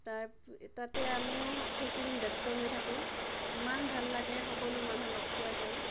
তাত তাতে আমিও সেইকেইদিন ব্যস্ত হৈ থাকোঁ ইমান ভাল লাগে সকলো মানুহ লগ পোৱা যায়